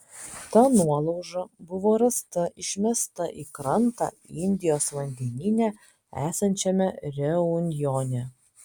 ta nuolauža buvo rasta išmesta į krantą indijos vandenyne esančiame reunjone